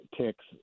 ticks